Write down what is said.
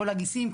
כל הגיסים,